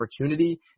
opportunity